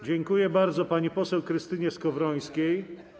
Dziękuję bardzo pani poseł Krystynie Skowrońskiej.